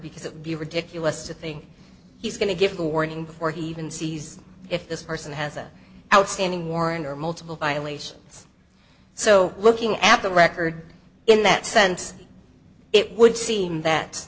because it would be ridiculous to think he's going to give a warning before he even sees if this person has a outstanding warrant or multiple violations so looking at the record in that sense it would seem that